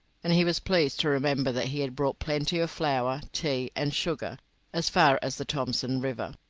and he was pleased to remember that he had brought plenty of flour, tea, and sugar as far as the thomson river.